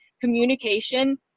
Communication